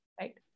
Right